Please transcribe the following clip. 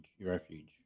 refuge